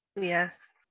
Yes